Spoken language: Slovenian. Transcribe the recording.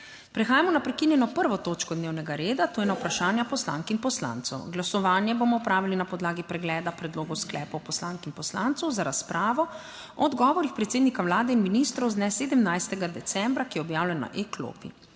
Prehajamo na prekinjeno 1. točko dnevnega reda - Vprašanja poslank in poslancev. Glasovanje bomo opravili na podlagi pregleda predlogov sklepov poslank in poslancev za razpravo o odgovorih predsednika Vlade in ministrov z dne 17. decembra, ki je objavljen na e-klopi.